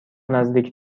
نزدیک